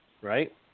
right